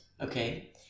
Okay